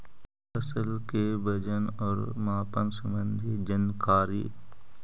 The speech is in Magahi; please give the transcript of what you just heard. फसल के वजन और मापन संबंधी जनकारी?